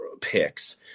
picks